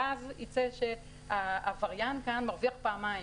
ואז יצא שהעבריין כאן מרוויח פעמיים